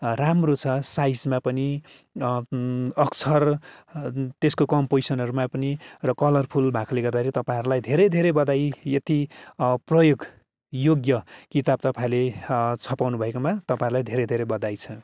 राम्रो छ साइजमा पनि अक्षर त्यसको कम्पोजिसनहरूमा पनि र कलरफुल भएकोले गर्दाखेरि तपाईँहरूलाई धेरै धेरै बधाई यति प्रयोगयोग्य किताब तपाईँहरूले छपाउनुभएकोमा तपाईँहरूलाई धेरै धेरै बधाई छ